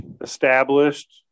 established